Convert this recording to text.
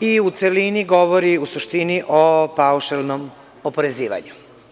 i u celini govori, u suštini o paušalnom oporezivanju.